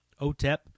OTEP